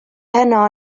heno